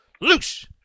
Loose